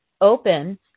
open